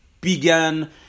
began